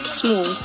small